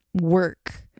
work